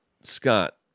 Scott